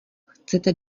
chcete